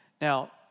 Now